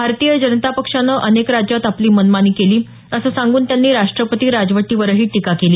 भारतीय जनता पक्षानं अनेक राज्यात आपली मनमानी केली असं सांगून त्यांनी राष्ट्रपती राजवटीवरही टीका केली